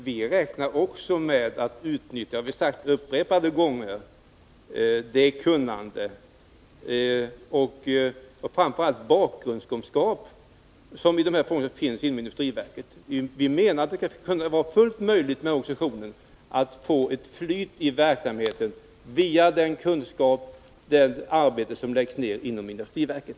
Fru talman! Vi har upprepade gånger sagt att också vi räknar med ett utnyttjande av det kunnande, framför allt av den bakgrundskunskap som finns inom industriverket i de frågor som det gäller. Vi menar att det bör vara fuilt möjligt för organisationen att få ett flyt i verksamheten genom den kunskap och den verksamhet som finns inom industriverket.